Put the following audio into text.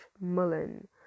Mullen